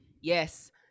yes